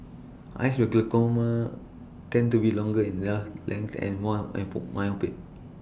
eyes with glaucoma tended to be longer in this length and more and for myopic